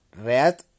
red